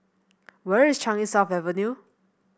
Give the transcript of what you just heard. where is Changi South Avenue